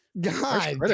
God